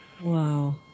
Wow